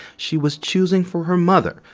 she was choosing for her mother,